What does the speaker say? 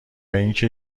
اینکه